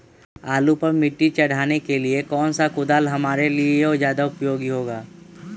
आलू पर मिट्टी चढ़ाने के लिए कौन सा कुदाल हमारे लिए ज्यादा उपयोगी होगा?